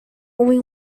only